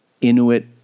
Inuit